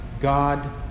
God